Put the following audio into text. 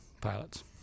pilots